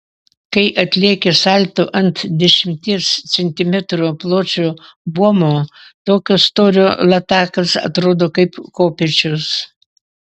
kai atlieki salto ant dešimties centimetrų pločio buomo tokio storio latakas atrodo kaip kopėčios